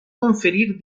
conferir